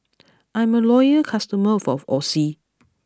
I'm a loyal customer of Oxy